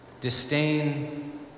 disdain